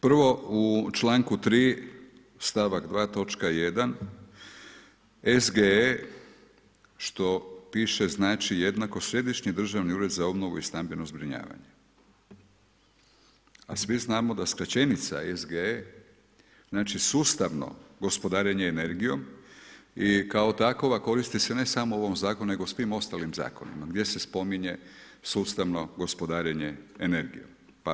Prvo u čl. 3. stavak 2 točka 1. SGE, što piše znači jednako središnji državni ured za obnovu i stambeno zbrinjavanje, a svi znamo da skraćenica SGE, znači sustavno gospodarenje energijom i kao takva koristi se ne samo u ovom zakonu, nego i u svim ostalim zakonima, gdje se spominje sustavnom gospodarenjem energijom.